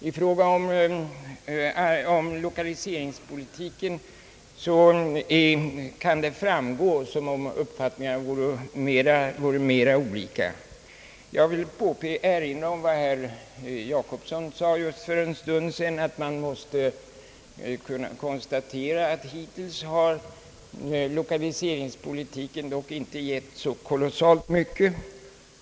I fråga om lokaliseringspolitiken kan det synas som om uppfattningarna vore mera olika. Jag vill erinra om vad herr Jacobsson sade för en stund sedan, nämligen att man måste konstatera att lokaliseringspolitiken hittills inte har gett så kolossalt mycket.